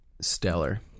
stellar